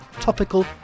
topical